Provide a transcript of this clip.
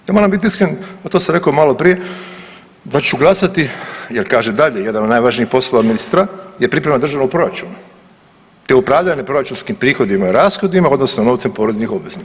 Ja moram bit iskren, a to sam reko malo prije da ću glasati jer kaže dalje, jedan od najvažnijih poslova ministra je priprema državnog proračuna te upravljanje proračunskim prihodima i rashodima odnosno novcem poreznih obveznika.